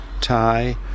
Thai